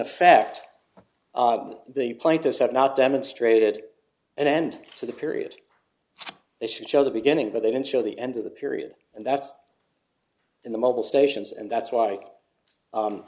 effect the plaintiffs have not demonstrated an end to the period they should show the beginning but they didn't show the end of the period and that's in the mobile stations and that's why